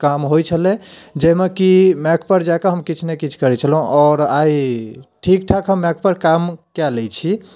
काम होइत छलै जाहिमे कि माइक पर जाए कऽ हम किछु ने किछु करैत छलहुँ आओर आइ ठीक ठाक हम माइक पर काम कै लैत छी